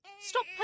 Stop